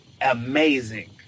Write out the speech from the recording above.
Amazing